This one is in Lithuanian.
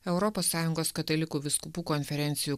europos sąjungos katalikų vyskupų konferencijų